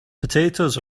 potatoes